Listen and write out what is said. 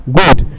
good